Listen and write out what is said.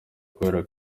kubera